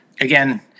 again